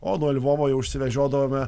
o nuo lvovo jau išsivežiodavome